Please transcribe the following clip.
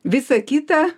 visa kita